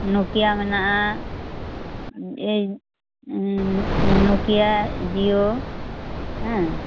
Nokia ᱢᱮᱱᱟᱜᱼᱟ ᱱᱚᱠᱤᱭᱟ ᱡᱤᱭᱚ ᱦᱮᱸ